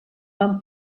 van